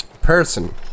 Person